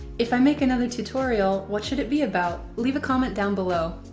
if i make another tutorial, what should it be about? leave a comment down below.